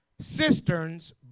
cisterns